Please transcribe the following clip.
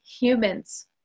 humans